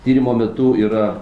tyrimo metu yra